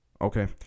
Okay